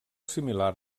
similar